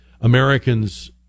Americans